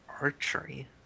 Archery